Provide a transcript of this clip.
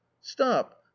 stop